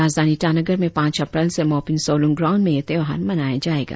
राजधानी ईटानगर में पांच अप्रैल से मोपीन सोलुंग ग्राऊण्ड में यह त्योहार मनाया जाएगा